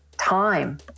time